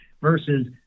versus